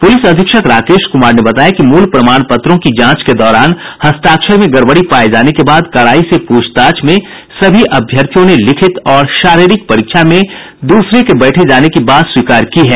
police अधीक्षक राकेश कुमार ने बताया कि मूल प्रमाण पत्रों की जांच के दौरान हस्ताक्षर में गड़बड़ी पाये जाने के बाद कड़ाई से पूछताछ में सभी अभ्यर्थियों ने लिखित और शारीरिक परीक्षा में दूसरे के बैठे जाने की बात स्वीकार की है